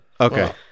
Okay